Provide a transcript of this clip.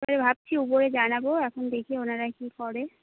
এবারে ভাবছি উপরে জানাবো এখন দেখি ওনারা কী করে